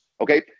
okay